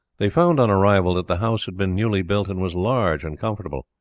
they found on arrival that the house had been newly built, and was large and comfortable.